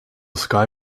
sky